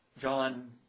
John